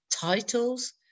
titles